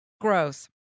Gross